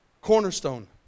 Cornerstone